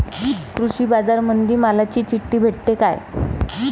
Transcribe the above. कृषीबाजारामंदी मालाची चिट्ठी भेटते काय?